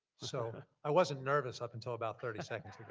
so i wasn't nervous up until about thirty second